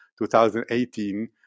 2018